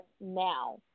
now